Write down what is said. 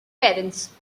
parents